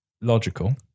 logical